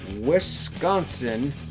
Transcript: Wisconsin